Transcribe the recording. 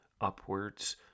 upwards